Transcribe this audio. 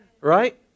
Right